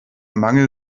mangel